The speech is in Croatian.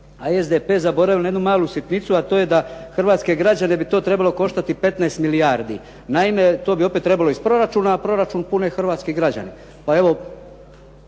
a SDP zaboravio na jednu malu sitnicu, a to je da hrvatske građane bi to trebalo koštati 15 milijardi. Naime, to bi opet trebalo iz proračuna, a proračun pune hrvatski građani.